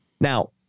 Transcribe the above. Now